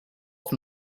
from